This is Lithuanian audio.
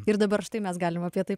ir dabar štai mes galim apie tai